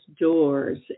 doors